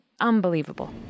Unbelievable